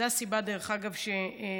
זו הסיבה, דרך אגב, שביקשתי.